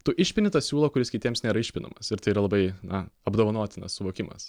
tu išpini tą siūlą kuris kitiems nėra išpinamas ir tai yra labai na apdovanotinas suvokimas